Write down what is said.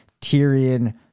Tyrion